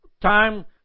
time